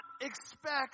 expect